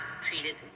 treated